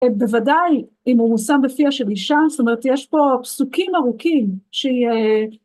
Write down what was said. בוודאי, אם הוא מושם בפיה של אישה, זאת אומרת, יש פה פסוקים ארוכים ש...